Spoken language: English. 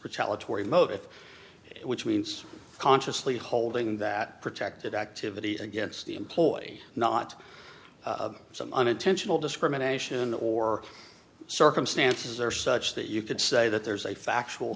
the motive which means consciously holding that protected activity against the employee not some unintentional discrimination or circumstances are such that you could say that there's a factual